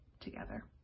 together